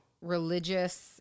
religious